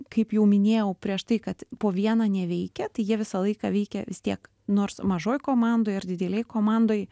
kaip jau minėjau prieš tai kad po vieną neveikia tai jie visą laiką veikia vis tiek nors mažoj komandoj ar didelėj komandoj